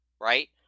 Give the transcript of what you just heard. right